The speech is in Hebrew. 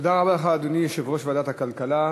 תודה רבה לך, אדוני יושב-ראש ועדת הכלכלה.